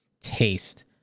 taste